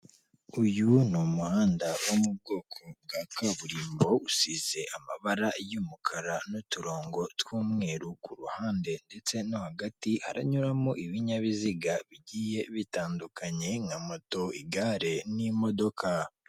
Uyu ni umuhanda wo mu bwoko bwa kaburimbo, usize amabara y'umukara n'uturongo tw'umweru ku ruhande ndetse no hagati, haranyuramo ibinyabiziga bigiye bitandukanye nka moto, igare n'imodoka.